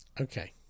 Okay